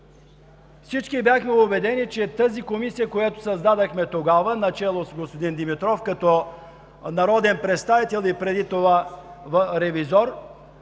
Всички бяхме убедени, че Комисията, която създадохме тогава, начело с господин Димитров като народен представител и преди това ревизор,